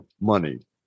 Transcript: money